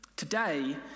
Today